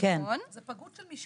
נכון, זאת פגות של משקל.